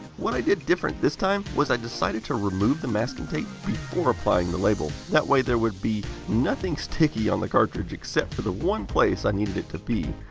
what i did different this time, was i decided to remove the masking tape before applying the label. that way there would be nothing sticky on the cartridge except for the one place i needed it to be.